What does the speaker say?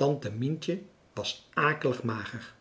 tante mientje was akelig mager